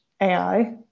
AI